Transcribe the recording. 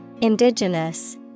Indigenous